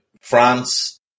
France